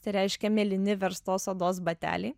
tai reiškia mėlyni verstos odos bateliai